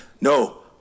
no